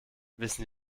wissen